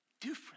different